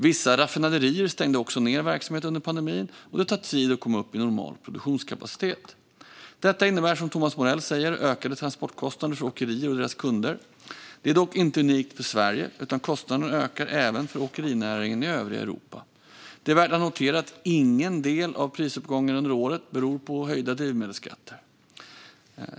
Vissa raffinaderier stängde också ned verksamhet under pandemin, och det tar tid att komma upp i normal produktionskapacitet. Detta innebär, som Thomas Morell säger, ökade transportkostnader för åkerier och deras kunder. Det är dock inte unikt för Sverige, utan kostnaderna ökar även för åkerinäringen i övriga Europa. Det är värt att notera att ingen del av prisuppgången under året beror på höjda drivmedelsskatter.